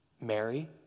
Mary